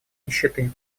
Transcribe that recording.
нищеты